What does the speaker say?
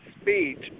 speech